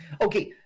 Okay